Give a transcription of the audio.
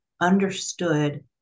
understood